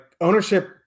ownership